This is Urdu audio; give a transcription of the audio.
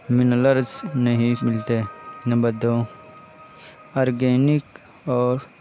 منلرس نہیں ملتے نمبر دو آرگینک اور